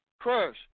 Crush